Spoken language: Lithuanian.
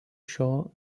šio